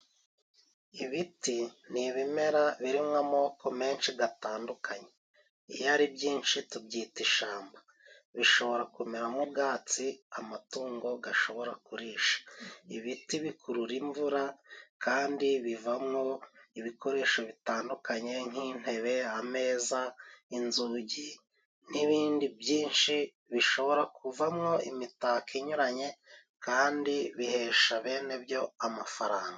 Ibiti ni ibimera birimo amoko menshi atandukanye. Iyo ari byinshi tubyita ishyamba. Bishobora kumeramo nk'ubwatsi amatungo ashobora kurisha. Ibiti bikurura imvura, kandi bivamo ibikoresho bitandukanye nk'intebe, ameza, inzugi, n'ibindi byinshi. Bishobora kuvamo imitako inyuranye kandi bihesha bene byo amafaranga.